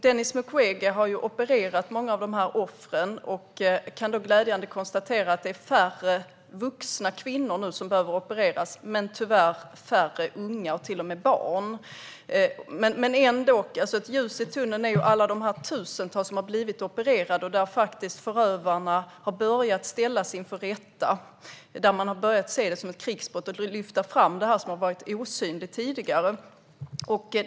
Denis Mukwege har opererat många av offren. Man kan glädjande konstatera att det är färre vuxna kvinnor som nu behöver opereras, men det är också färre unga och till och med barn. Ett ljus i tunneln är alla tusentals som har blivit opererade och där förövarna har börjats ställas inför rätta. Man har börjat se det som ett krigsbrott och lyfta fram det som varit osynligt tidigare.